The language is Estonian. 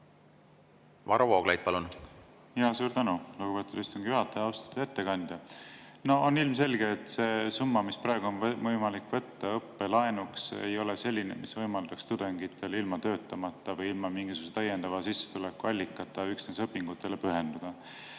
Varro Vooglaid, palun! Suur tänu, lugupeetud istungi juhataja! Austatud ettekandja! On ilmselge, et see summa, mis praegu on võimalik võtta õppelaenuks, ei ole selline, mis võimaldaks tudengitel ilma töötamata või ilma mingisuguse täiendava sissetulekuallikata üksnes õpingutele pühenduda.